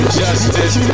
justice